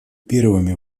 первыми